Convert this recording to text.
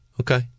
Okay